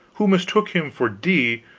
who mistook him for d,